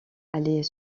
allait